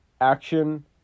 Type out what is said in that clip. action